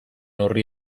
horri